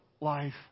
life